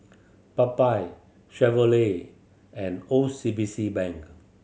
Popeye Chevrolet and O C B C Bank